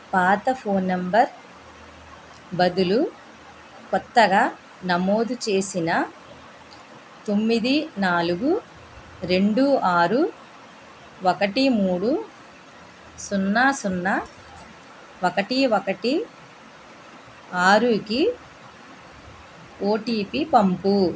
పాత phone number బదులు కొత్తగా నమోదు చేసిన తొమ్మిది నాలుగు రెండు ఆరు ఒకటి మూడు సన్నా సున్నా ఒకటి ఒకటి ఆరుకి ఓటీపీ పంపు